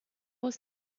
was